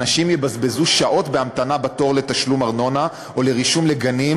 אנשים יבזבזו שעות בהמתנה בתור לתשלום ארנונה או לרישום לגנים,